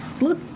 look